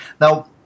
Now